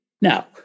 Now